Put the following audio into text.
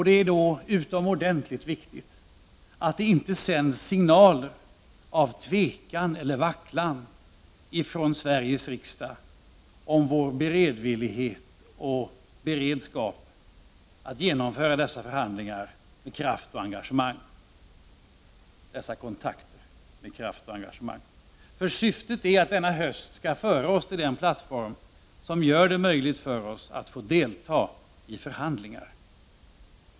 Det är då utomordentligt viktigt att det inte sänds ut signaler av tvekan eller vacklan ifrån Sveriges riksdag om vår beredvillighet och beredskap att genomföra dessa kontakter med kraft och engagemang. Syftet är att kontakterna denna höst skall föra oss till den plattform som gör det möjligt för oss att få delta i förhandlingar.